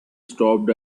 stopped